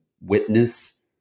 witness